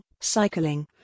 cycling